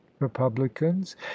republicans